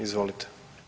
Izvolite.